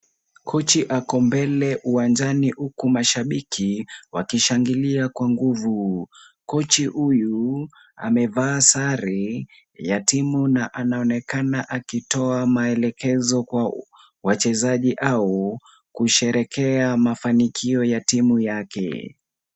Kochi ako mbele uwanjani huku mashabaki wakishangilia kwa nguvu. Kochi huyu amevaa sare ya timu na anaonekana akitoa maelekezo kwa wachezaji au kusherehekea mafanikio ya timu yake.